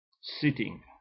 sitting